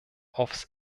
aufs